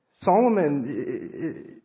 Solomon